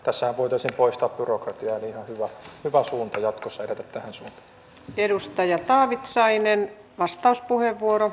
tässähän voitaisiin poistaa byrokratiaa niin että olisi ihan hyvä jatkossa edetä tähän suuntaan